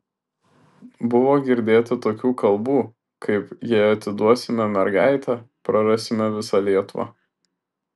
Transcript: buvo girdėti tokių kalbų kaip jei atiduosime mergaitę prarasime visą lietuvą